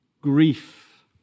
grief